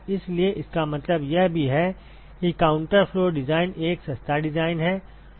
इसलिए इसका मतलब यह भी है कि काउंटर फ्लो डिज़ाइन एक सस्ता डिज़ाइन है